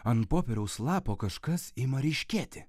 ant popieriaus lapo kažkas ima ryškėti